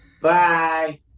Bye